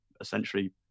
essentially